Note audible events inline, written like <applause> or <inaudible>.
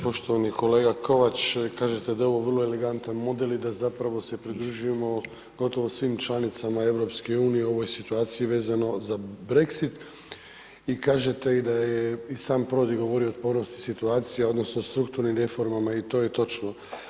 Poštovani kolega Kovač, kažete da je ovo vrlo elegantan model i da zapravo se pridružujem gotovo svim članicama EU u ovoj situaciji vezano za Brexit i kažete da je i sam ... <unintelligible> govorio o ... <unintelligible> situacija odnosno strukturnim reformama i to je točno.